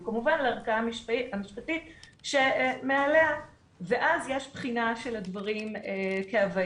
הוא כמובן לערכאה המשפטית שמעליה ואז יש בחינה של הדברים כהווייתם.